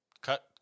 cut